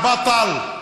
בערבית ומתרגם:),